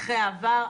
לקחי העבר,